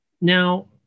now